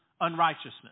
unrighteousness